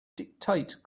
dictate